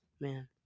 man